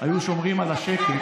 היו שומרים על השקט,